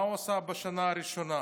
מה הוא עושה בשנה הראשונה?